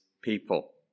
people